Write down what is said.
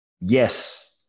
Yes